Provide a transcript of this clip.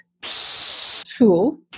tool